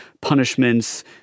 punishments